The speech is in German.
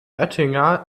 oettinger